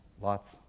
lots